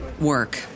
work